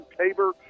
Tabor